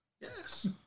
Yes